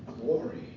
glory